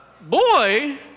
boy